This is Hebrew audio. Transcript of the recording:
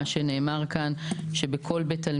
בית קברות,